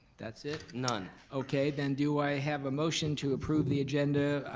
that's it? none. okay, then do i have a motion to approve the agenda,